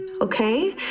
okay